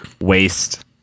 waste